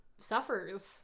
suffers